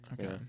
Okay